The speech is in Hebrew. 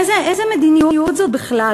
איזו מדיניות זו בכלל?